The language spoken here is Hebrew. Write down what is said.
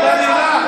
אתה נהנה?